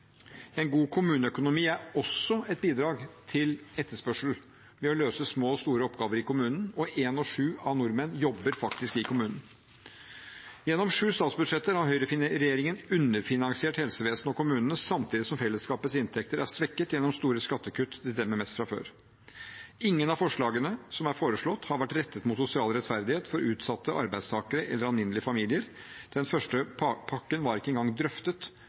En god kommuneøkonomi er også et bidrag til etterspørsel ved å løse små og store oppgaver i kommunen, og en av sju nordmenn jobber faktisk i kommunen. Gjennom sju statsbudsjetter har høyreregjeringen underfinansiert helsevesenet og kommunene, samtidig som fellesskapets inntekter er svekket gjennom store skattekutt til dem med mest fra før. Ingen av forslagene som er lagt fram, har vært rettet mot sosial rettferdighet for utsatte arbeidstakere eller alminnelige familier. Den første pakken var ikke engang drøftet